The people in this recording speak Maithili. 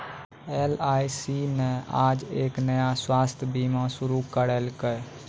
एल.आई.सी न आज एक नया स्वास्थ्य बीमा शुरू करैलकै